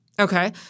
Okay